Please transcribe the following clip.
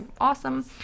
awesome